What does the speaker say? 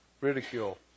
ridicule